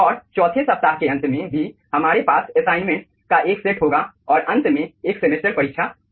और चौथे सप्ताह के अंत में भी हमारे पास असाइनमेंट्स का एक सेट होगा और अंत में 1 सेमेस्टर परीक्षा होगी